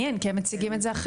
מעניין, כי הם מציגים את זה אחרת,